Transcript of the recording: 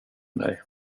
mig